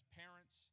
parents